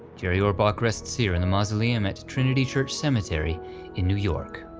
jerry orbach rests here in the mausoleum at trinity church cemetery in new york.